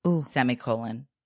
semicolon